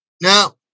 Now